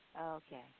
okay